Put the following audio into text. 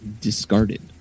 discarded